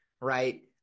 right